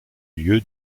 lieu